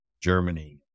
Germany